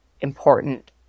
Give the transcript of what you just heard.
important